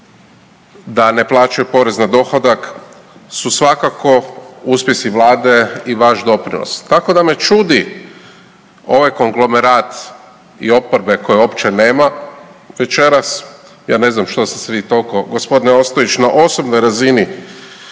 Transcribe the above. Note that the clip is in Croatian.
da ne plaćaju porez na dohodak su svakako uspjesi vlade i vaš doprinos. Tako da me čudi ovaj konglomerat i oporbe koje uopće nema večeras, ja ne znam što ste se vi toliko gospodine Ostojić na osobnoj razini